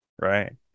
Right